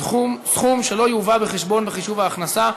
סכום שלא יובא בחשבון בחישוב ההכנסה),